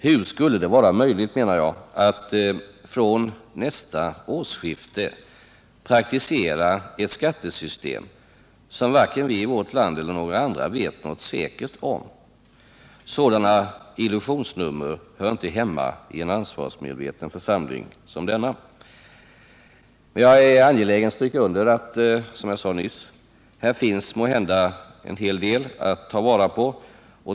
Hur skulle det vara möjligt att från nästa årsskifte praktisera ett skattesystem, som varken vi i vårt land eller någon annan vet någonting säkert om? Sådana illusionsnummer hör inte hemma i en ansvarsmedveten församling som denna. Som jag nyss sade är jag angelägen om att stryka under att det här måhända finns en hel del att ta vara på.